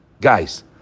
Guys